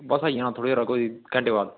बस आई जाना कोई थोह्ड़े चिर घैंटे बाद